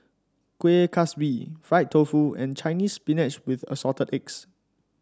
Kuih Kaswi Fried Tofu and Chinese Spinach with Assorted Eggs